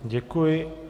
Děkuji.